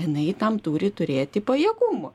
jinai tam turi turėti pajėgumų